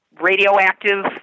radioactive